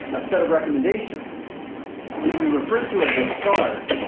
a set of recommendations which we referred to as a start.